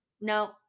No